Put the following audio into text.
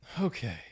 Okay